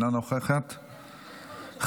אינה נוכחת,